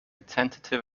tentative